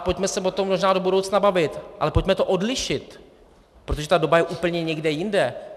Pojďme se o tom možná do budoucna bavit, ale pojďme to odlišit, protože ta doba je úplně někde jinde.